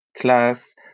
class